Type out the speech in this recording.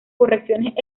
correcciones